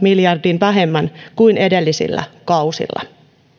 miljardin arvosta vähemmän kuin edellisillä kausilla